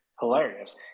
Hilarious